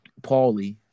Pauly